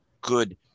good